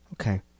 Okay